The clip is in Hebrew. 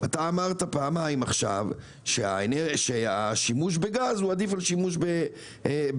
אתה אמרת פעמיים עכשיו שהשימוש בגז הוא עדיף על שימוש בנפט.